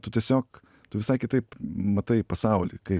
tu tiesiog tu visai kitaip matai pasaulį kaip